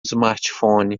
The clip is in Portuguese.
smartphone